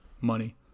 money